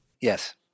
Yes